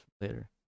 Later